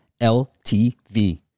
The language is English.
LTV